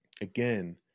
again